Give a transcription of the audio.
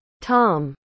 Tom